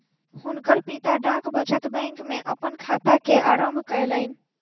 हुनकर पिता डाक बचत बैंक में अपन खाता के आरम्भ कयलैन